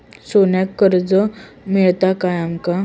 सोन्याक कर्ज मिळात काय आमका?